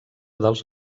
dels